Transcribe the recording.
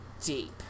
deep